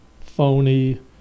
phony